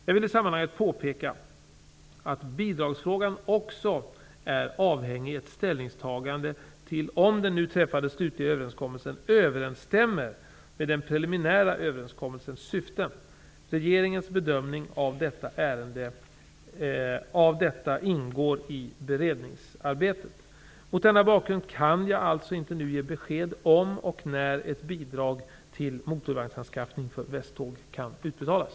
Jag vill i sammanhanget påpeka att bidragsfrågan också är avhängig ett ställningstagande till om den nu träffade slutliga överenskommelsen överensstämmer med den preliminära överenskommelsens syften. Regeringens bedömning av detta ingår i beredningsarbetet. Mot denna bakgrund kan jag alltså inte nu ge besked om och när ett bidrag till motorvagnsanskaffning för Västtåg kan utbetalas.